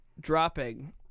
dropping